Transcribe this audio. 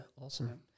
Awesome